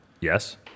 Yes